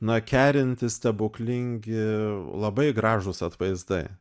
na kerintys stebuklingi labai gražūs atvaizdai